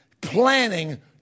planning